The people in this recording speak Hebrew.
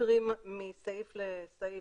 מקרים מסעיף לסעיף.